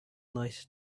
light